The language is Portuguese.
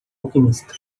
alquimista